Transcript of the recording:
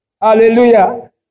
Hallelujah